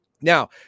Now